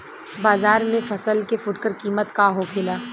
बाजार में फसल के फुटकर कीमत का होखेला?